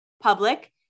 Public